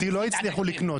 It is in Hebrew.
אותי לא הצליחו לקנות.